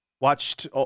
Watched